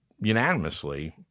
unanimously